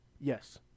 Yes